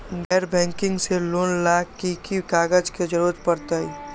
गैर बैंकिंग से लोन ला की की कागज के जरूरत पड़तै?